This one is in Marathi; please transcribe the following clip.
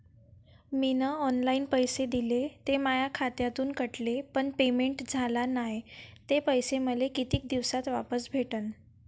मीन ऑनलाईन पैसे दिले, ते माया खात्यातून कटले, पण पेमेंट झाल नायं, ते पैसे मले कितीक दिवसात वापस भेटन?